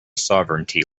sovereignty